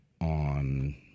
on